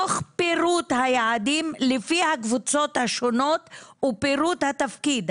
תוך פירוט היעדים לפי הקבוצות השונות ופירוט התפקיד,